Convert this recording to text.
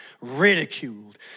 ridiculed